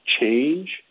change